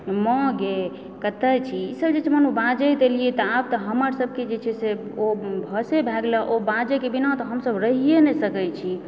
माँ गे कतहुँ छी ईसब जे छै मानो बाजैत एलियै तऽ आब तऽ हमरसबकेँ जे छै से ओ भाषे भए गेल ओ बाजैके बिना तऽ हमसब रहिए नहि सकैत छी